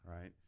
Right